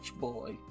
boy